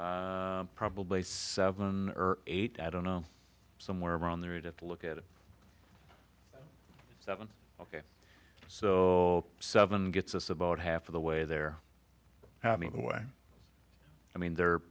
probably seven or eight i don't know somewhere around the rate of look at it seven ok so seven gets us about half of the way there i mean the way i mean they're